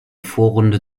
vorrunde